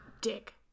Dick